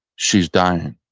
she's dying